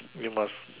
we must